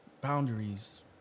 Boundaries